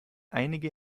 einige